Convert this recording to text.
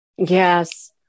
Yes